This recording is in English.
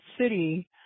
city